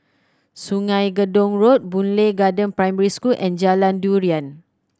Sungei Gedong Road Boon Lay Garden Primary School and Jalan Durian